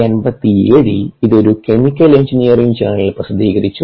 1987 ൽ ഇത് ഒരു കെമിക്കൽ എഞ്ചിനീയറിംഗ് ജേണലിൽ പ്രസിദ്ധീകരിച്ചു